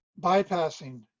bypassing